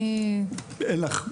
אין לך?